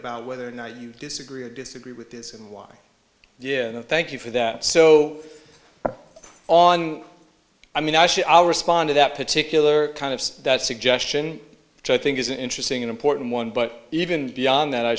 about whether or not you disagree or disagree with this and why yeah thank you for that so on i mean i should respond to that particular kind of suggestion so i think it's an interesting and important one but even beyond that i